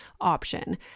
option